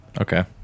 okay